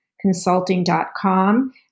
Consulting.com